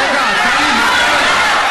רגע, טלי, מה קורה לך?